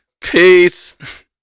Peace